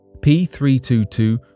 P322